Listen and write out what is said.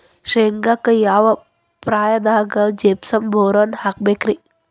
ಶೇಂಗಾಕ್ಕ ಯಾವ ಪ್ರಾಯದಾಗ ಜಿಪ್ಸಂ ಬೋರಾನ್ ಹಾಕಬೇಕ ರಿ?